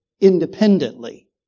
independently